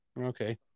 Okay